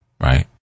Right